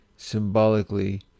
symbolically